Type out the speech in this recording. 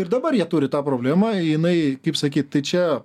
ir dabar jie turi tą problemą jinai kaip sakyt tai čia